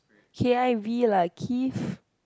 k_i_v lah kiv